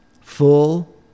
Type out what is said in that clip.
full